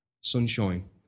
sunshine